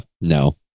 no